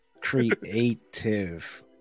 Creative